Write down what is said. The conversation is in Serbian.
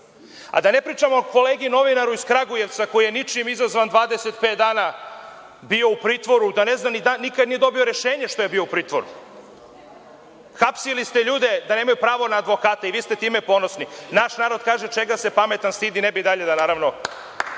a da ne pričamo o kolegi novinaru iz Kragujevca koji je ničim izazvan 25 dana bio u pritvoru, nikad nije dobio rešenje što je bio u pritvoru. Hapsili ste ljude da nemaju pravo na advokata i vi ste time ponosni. Naš narod kaže – čega se pametan stidi, ne bih dalje da o